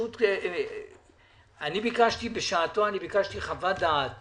ביקשתי בשעתו חוות דעת